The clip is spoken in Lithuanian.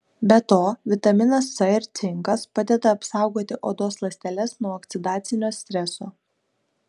be to vitaminas c ir cinkas padeda apsaugoti odos ląsteles nuo oksidacinio streso